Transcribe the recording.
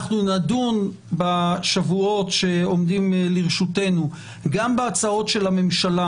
אנחנו נדון בשבועות שעומדים לרשותנו גם בהצעות הממשלה